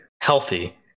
healthy